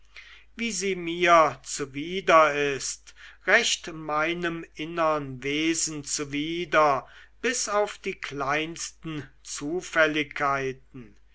wie sie mir zuwider ist recht meinem innern wesen zuwider bis auf die kleinsten zufälligkeiten